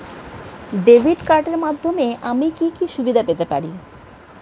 Debit কার্ডের মাধ্যমে আমি কি কি সুবিধা পেতে পারি?